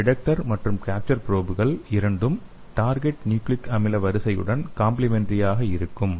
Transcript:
இந்த டிடெக்டர் மற்றும் கேப்சர் ப்ரோப்கள் இரண்டும் டார்கெட் நியூக்ளிக் அமில வரிசையுடன் காம்ப்ளிமென்டரியாக இருக்கும்